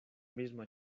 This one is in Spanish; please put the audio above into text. misma